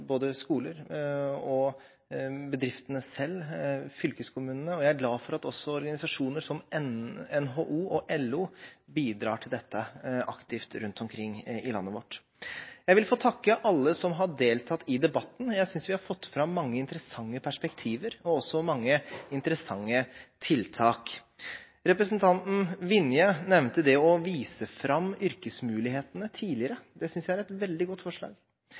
skoler, bedriftene selv og fylkeskommunene, og jeg er glad for at også organisasjoner som NHO og LO aktivt bidrar til dette rundt omkring i landet vårt. Jeg vil få takke alle som har deltatt i debatten. Jeg synes vi har fått fram mange interessante perspektiver og også mange interessante tiltak. Representanten Vinje nevnte det å vise fram yrkesmulighetene tidligere, og det synes jeg er et veldig godt forslag.